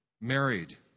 married